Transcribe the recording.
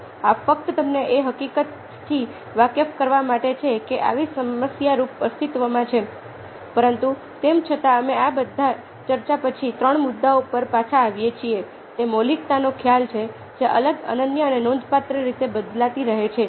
આ ફક્ત તમને એ હકીકતથી વાકેફ કરવા માટે છે કે આવી સમસ્યારૂપ અસ્તિત્વમાં છે પરંતુ તેમ છતાં અમે આ બધી ચર્ચા પછી ત્રણ મુદ્દાઓ પર પાછા આવીએ છીએ તે મૌલિકતાનો ખ્યાલ છે જે અલગ અનન્ય અને નોંધપાત્ર રીતે બદલાતી રહે છે